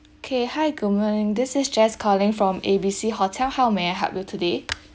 okay hi good morning this is jess calling from A B C hotel how may I help you today